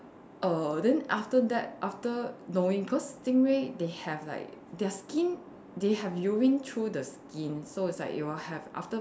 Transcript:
err then after that after knowing cause stingray they have like their skin they have urine through the skin so it's like it will have after